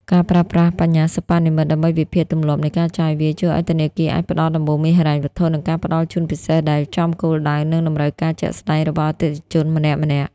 ការប្រើប្រាស់ បញ្ញាសិប្បនិម្មិត ដើម្បីវិភាគទម្លាប់នៃការចាយវាយ ជួយឱ្យធនាគារអាចផ្ដល់ដំបូន្មានហិរញ្ញវត្ថុ និងការផ្ដល់ជូនពិសេសដែលចំគោលដៅ និងតម្រូវការជាក់ស្ដែងរបស់អតិថិជនម្នាក់ៗ។